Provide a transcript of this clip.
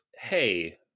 hey